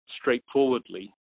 straightforwardly